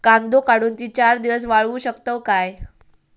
कांदो काढुन ती चार दिवस वाळऊ शकतव काय?